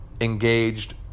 engaged